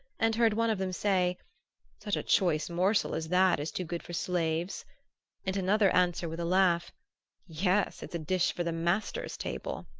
and heard one of them say such a choice morsel as that is too good for slaves and another answer with a laugh yes, it's a dish for the master's table!